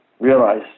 realize